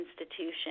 institution